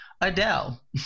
Adele